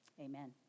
Amen